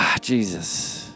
Jesus